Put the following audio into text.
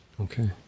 Okay